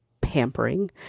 pampering